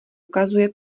ukazuje